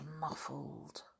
muffled